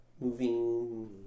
moving